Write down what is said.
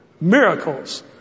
Miracles